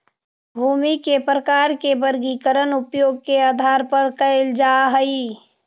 भूमि के प्रकार के वर्गीकरण उपयोग के आधार पर कैल जा हइ